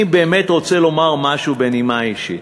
אני באמת רוצה לומר משהו בנימה אישית.